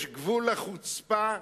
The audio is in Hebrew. יש גבול לחוצפה,